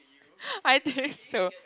I think so